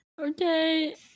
Okay